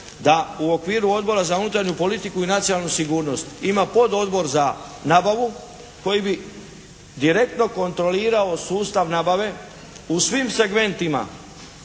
da u okviru Odbora za unutarnju politiku i nacionalnu sigurnost ima pododbor za nabavu koji bi direktno kontrolirao sustav nabave u svim segmentima.